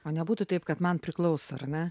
o nebūtų taip kad man priklauso ar ne